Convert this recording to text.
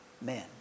men